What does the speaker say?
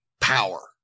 power